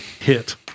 hit